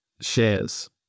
shares